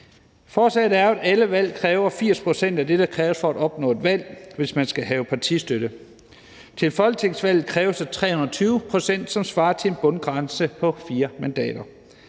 kræves, at man skal have 80 pct. af det, der kræves for at opnå valg, hvis man skal have partistøtte. Til folketingsvalg kræves der 320 pct., som svarer til en bundgrænse på 4 mandater.